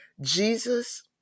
Jesus